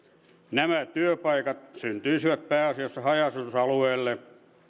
nämä työpaikat syntyisivät pääasiassa haja asutusalueille